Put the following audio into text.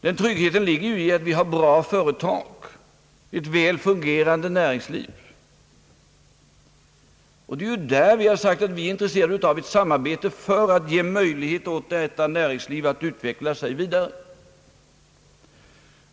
Den tryggheten ligger ju i att vi har bra företag i ett väl fungerande näringsliv, På den punkten har vi ju också sagt att vi är intresserade av ett samarbete för att ge möjlighet för detta näringsliv att utveckla sig vidare.